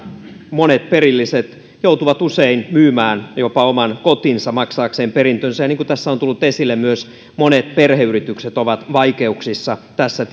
monet perilliset joutuvat usein myymään jopa oman kotinsa maksaakseen perintönsä ja niin kuin tässä on tullut esille myös monet perheyritykset ovat vaikeuksissa tässä